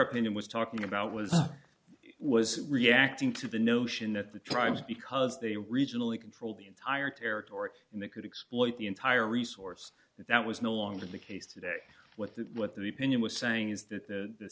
opinion was talking about was was reacting to the notion that the tribes because they regionally control the entire territory and they could exploit the entire resource that was no longer the case today what the what the pinion was saying is that the